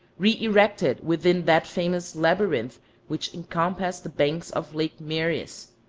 re-erected within that famous labyrinth which encompassed the banks of lake moeris,